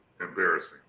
Embarrassing